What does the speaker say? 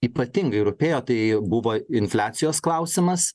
ypatingai rūpėjo tai buvo infliacijos klausimas